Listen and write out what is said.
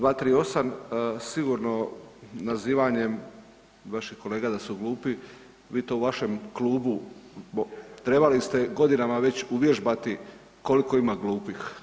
238. sigurno nazivanjem vaših kolega da su glupi, vi to u vašem klubu trebali ste godinama već uvježbati koliko ima glupih.